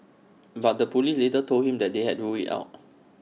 but the Police later told him they had ruled IT out